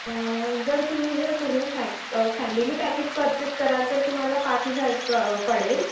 जर तुम्ही जर पूर्ण फॅक फॅमिली पॅकेज परचेस कराल तर तुम्हाला पाच हजार प पडेल